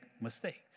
mistakes